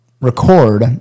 record